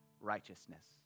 righteousness